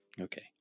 Okay